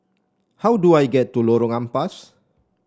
how do I get to Lorong Ampas